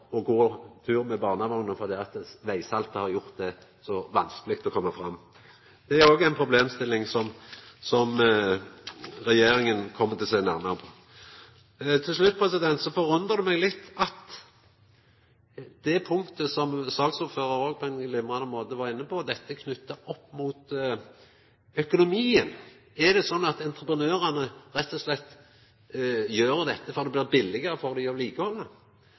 å gå tur med barnevogna fordi vegsaltet har gjort det så vanskeleg å koma fram. Det er òg ei problemstilling som regjeringspartia kjem til å sjå nærmare på. Til slutt forundrar det meg litt at det punktet som saksordføraren òg på ein glimrande måte var inne på, gjeld dette med økonomien. Er det slik at entreprenørane rett og slett gjer dette fordi det blir billegare for dei